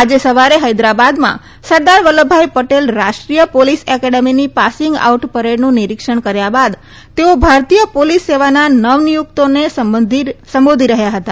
આજે સવારે હૈદરાબાદમાં સરદાર વલ્લભભાઈ પટેલ રાષ્ટ્રીય પોલીસ એકેડમીની પાસિંગ આઉટ પરેડનું નિરીક્ષણ કર્યા બાદ તેઓ ભારતીય પોલીસ સેવાના નવનિયુક્તોને સંબોધી રહ્યા હતા